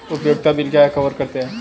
उपयोगिता बिल क्या कवर करते हैं?